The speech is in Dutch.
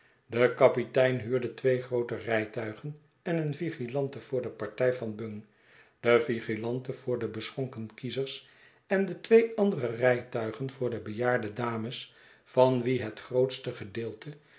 de kapitein huurde twee groote rijtuigen en een vigilante voor de partij van bung de vigilante voor de beschonken kiezers en de twee andere rijtuigen voor de bejaarde dames van wie het grootste gedeelte